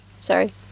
sorry